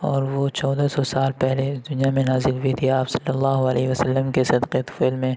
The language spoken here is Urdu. اور وہ چودہ سو سال پہلے اِس دنیا میں نازل ہوئی تھی آپ صلی اللہ علیہ وسلم کے صدقہ طفیل میں